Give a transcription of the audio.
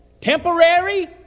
temporary